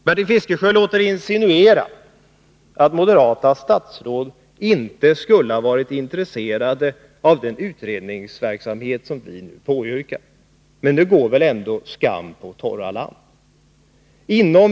Bertil Fiskesjö insinuerar att moderata statsråd inte skulle ha varit intresserade av den utredningsverksamhet som vi påyrkade. Men nu går väl ändå skam på torra land!